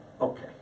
Okay